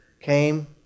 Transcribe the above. came